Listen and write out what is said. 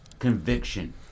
Conviction